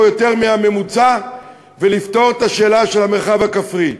יותר מהממוצע ולפתור את השאלה של המרחב הכפרי.